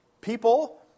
people